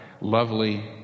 lovely